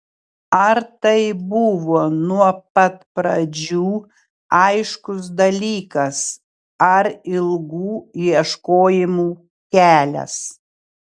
ar tai buvo nuo pat pradžių aiškus dalykas ar ilgų ieškojimų kelias